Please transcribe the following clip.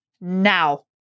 now